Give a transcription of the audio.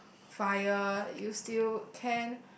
fire you still can